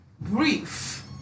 Brief